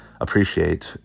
appreciate